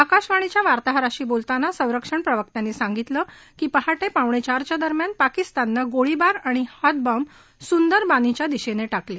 आकाशवाणीच्या वार्तहराशी बोलताना संरक्षण प्रवक्त्यांनी सांगितलं की पहाटे पावणेचारच्या दरम्यान पाकिस्ताननं गोळीबार आणि हातबॅम्ब सुंदरबानीच्या दिशेनं टाकले